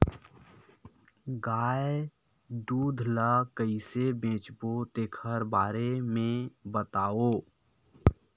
गाय दूध ल कइसे बेचबो तेखर बारे में बताओ?